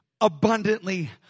abundantly